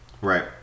Right